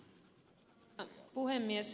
arvoisa puhemies